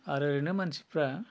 आरो ओरैनो मानसिफ्रा